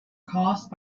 caused